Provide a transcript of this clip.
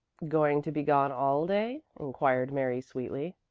going to be gone all day? inquired mary sweetly.